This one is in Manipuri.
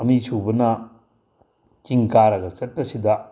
ꯑꯅꯤꯁꯨꯕꯅ ꯆꯤꯡ ꯀꯥꯔꯒ ꯆꯠꯄꯁꯤꯗ